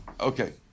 Okay